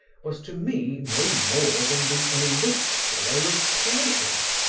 was to me no more than the elixir of pleasure.